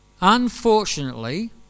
Unfortunately